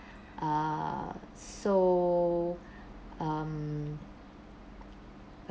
err so um